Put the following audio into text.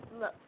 Look